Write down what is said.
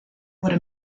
wurde